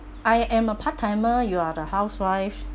I am a part-timer you are the housewife